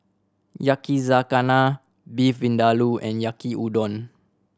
Yakizakana Beef Vindaloo and Yaki Udon